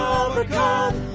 overcome